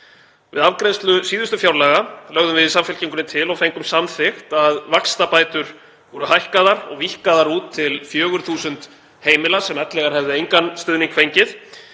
Við afgreiðslu síðustu fjárlaga lögðum við í Samfylkingunni til og fengum samþykkt að vaxtabætur voru hækkaðar og víkkaðar út til 4.000 heimila sem ellegar hefðu engan stuðning fengið.